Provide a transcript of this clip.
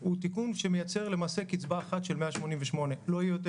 ולדעתנו צריך להוריד את השמונה-תשע נקודות תלות כי זה לא עונה על